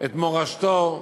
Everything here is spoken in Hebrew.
את מורשתו,